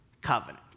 covenant